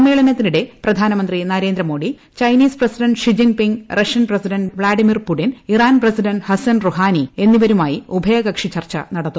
സമ്മേളനത്തിനിടെ പ്രധാനമന്ത്രി Narendra Modi Chinese president Xi Jinping Russian president Vladimir Putin Iran president Hassan Rouhani എന്നിവരുമായി ഉഭയകക്ഷി ചർച്ച നടത്തും